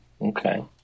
okay